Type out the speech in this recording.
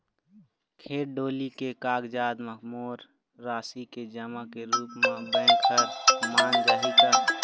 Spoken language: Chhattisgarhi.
खेत डोली के कागजात म मोर राशि के जमा के रूप म बैंक हर मान जाही का?